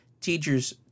teachers